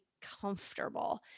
comfortable